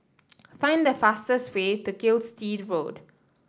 find the fastest way to Gilstead Road